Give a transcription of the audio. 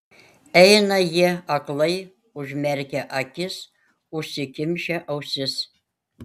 eina jie aklai užmerkę akis užsikimšę ausis